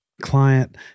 client